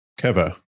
Keva